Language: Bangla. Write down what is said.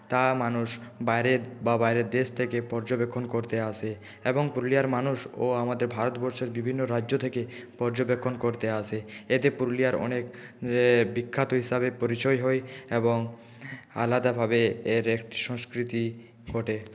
তা মানুষ বাইরের বা বাইরের দেশ থেকে পর্যবেক্ষণ করতে আসে এবং পুরুলিয়ার মানুষ ও আমাদের ভারতবর্ষের বিভিন্ন রাজ্য থেকে পর্যবেক্ষণ করতে আসে এতে পুরুলিয়ার অনেক বিখ্যাত হিসাবে পরিচয় হয় এবং আলাদাভাবে এর একটি সংস্কৃতি ঘটে